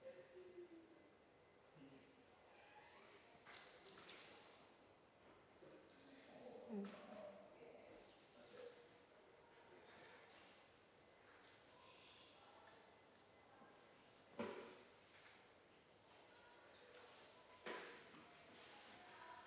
mm